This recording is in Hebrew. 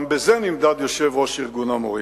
גם בזה נמדד יושב-ראש ארגון המורים.